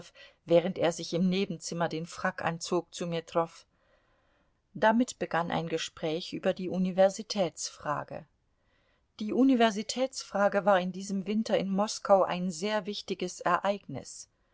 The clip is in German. während er sich im nebenzimmer den frack anzog zu metrow damit begann ein gespräch über die universitätsfrage die universitätsfrage war in diesem winter in moskau ein sehr wichtiges ereignis